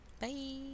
Bye